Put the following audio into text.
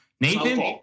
Nathan